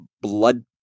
blood